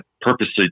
purposely